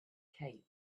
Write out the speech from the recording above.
cape